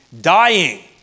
dying